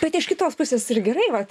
bet iš kitos pusės ir gerai vat